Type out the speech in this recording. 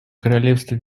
королевство